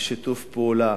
בשיתוף פעולה,